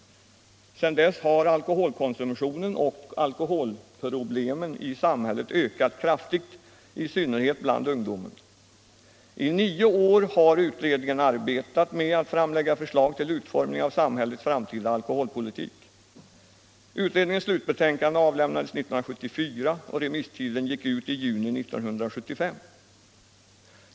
Sedan dess har alkoholkonsumtionen och alkoholproblemen i samhället ökat kraftigt, i synnerhet bland ungdomen. I nio år har utredningen arbetat med att framlägga förslag till utformning av samhällets framtida alkoholpolitik. Utredningens slutbetänkande avlämnades 1974, och remisstiden gick ut i juni 1975.